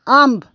امب